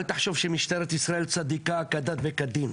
אל תחשוב שמשטרת ישראל צדיקה כדת וכדין.